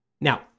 Now